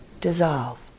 dissolve